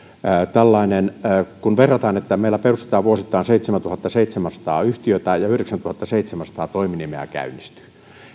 kun verrataan siihen että meillä perustetaan vuosittain seitsemäntuhattaseitsemänsataa yhtiötä ja yhdeksäntuhattaseitsemänsataa toiminimeä käynnistyy